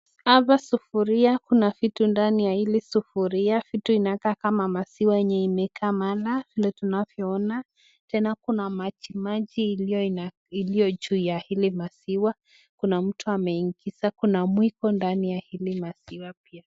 Hapa sufuria kuna vitu ndani ya hili sufuria. Vitu inakaa kama maziwa yenye imekaa mala vile tunavyoona. Tena kuna maji maji iliyo juu ya hili maziwa. Kuna mtu ameingiza kuna mwiko ndani ya hili maziwa pia.